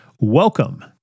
Welcome